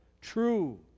true